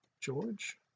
George